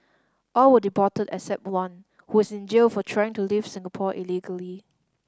all were deported except one who is in jail for trying to leave Singapore illegally